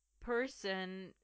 person